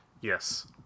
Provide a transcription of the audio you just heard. Yes